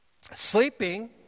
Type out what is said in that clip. Sleeping